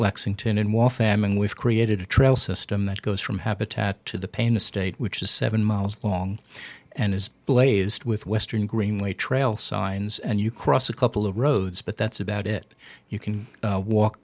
lexington in waltham and we've created a trail system that goes from habitat to the pain a state which is seven miles long and is blazed with western greenway trail signs and you cross a couple of roads but that's about it you can walk